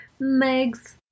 megs